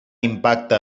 impacte